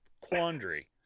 Quandary